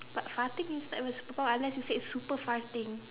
but farting is like unless you said it's super farting